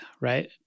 right